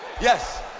Yes